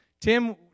Tim